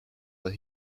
but